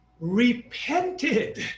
repented